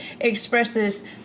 expresses